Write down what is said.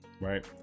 right